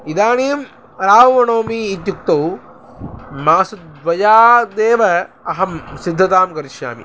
इदानीं रामनवमी इत्युक्ते मासद्वयादेव अहं सिद्धतां करिष्यामि